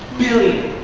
billion.